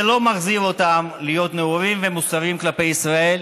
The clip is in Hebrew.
זה לא מחזיר אותם להיות נאורים ומוסריים כלפי ישראל,